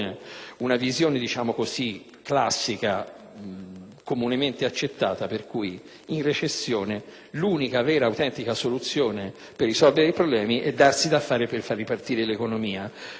comunemente accettata, per cui in recessione l'unica vera e autentica soluzione per risolvere i problemi è darsi da fare per far ripartire l'economia. Questa manovra non ha alcun carattere